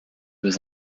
was